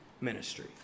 ministry